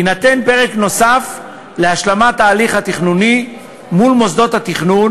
יינתן פרק נוסף להשלמת ההליך התכנוני מול מוסדות התכנון